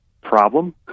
problem